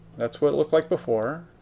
that's what it looked like before,